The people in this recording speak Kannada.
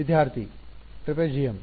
ವಿದ್ಯಾರ್ಥಿ ಟ್ರೆಪೆಜಿಯಂ